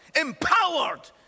empowered